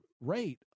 rate